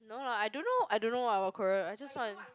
no lah I don't know I don't know ah what career I just want